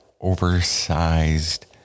oversized